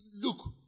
Look